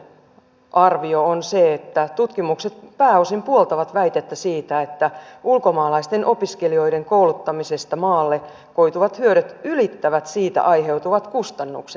vattin arvio on se että tutkimukset pääosin puoltavat väitettä siitä että ulkomaalaisten opiskelijoiden kouluttamisesta maalle koituvat hyödyt ylittävät siitä aiheutuvat kustannukset